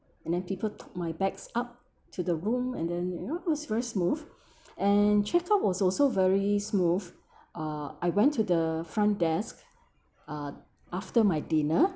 and then people took my bags up to the room and then you know it was very smooth and check out was also very smooth uh I went to the front desk uh after my dinner